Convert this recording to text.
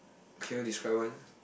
can you describe one